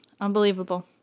Unbelievable